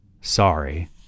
Sorry